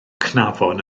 cnafon